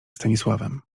stanisławem